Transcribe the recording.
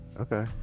Okay